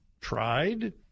tried